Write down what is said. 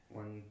one